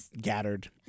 gathered